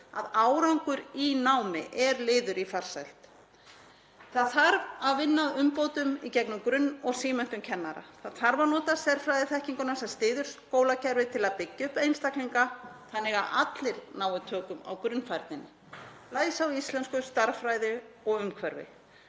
að árangur í námi er liður í farsæld. Það þarf að vinna að umbótum í gegnum grunn- og símenntun kennara. Það þarf að nota sérfræðiþekkinguna sem styður skólakerfið til að byggja upp einstaklinga þannig að allir nái tökum á grunnfærninni; læsi á íslensku, stærðfræði og umhverfi,